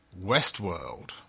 Westworld